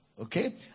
okay